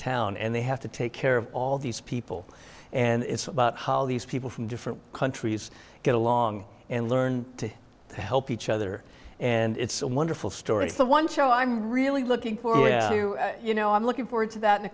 town and they have to take care of all these people and it's about how all these people from different countries get along and learn to help each other and it's a wonderful story it's the one show i'm really looking for you know i'm looking forward to that in a